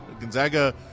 Gonzaga